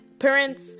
Parents